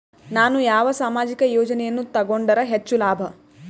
ನಾನು ಯಾವ ಸಾಮಾಜಿಕ ಯೋಜನೆಯನ್ನು ತಗೊಂಡರ ಹೆಚ್ಚು ಲಾಭ?